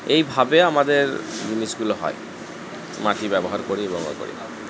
এইভাবে আমাদের জিনিসগুলো হয় মাটি ব্যবহার করি এবং ওই করি